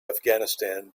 afghanistan